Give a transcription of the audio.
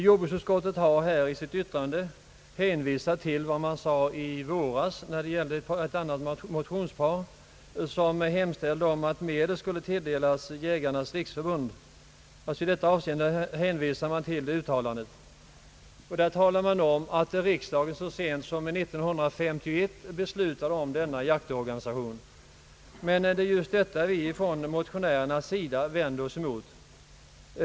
Jordbruksutskottet har i sitt utlåtande hänvisat till vad utskottet sade i våras när det gällde ett annat motionspar, där det hemställdes att medel skulle tilldelas Jägarnas riksförbund. I deita avseende hänvisar man till uttalandet. Där talas det om att riksdagen så sent som 1951 beslutat om denna jaktorganisation. Men det är just detta vi motionärer vänder oss emot!